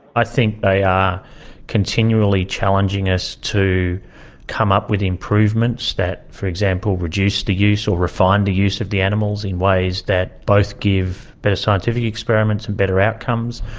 i think they are continually challenging us to come up with improvements that, for example, reduce the use or refine the use of the animals in ways that both give better scientific experiments and better outcomes,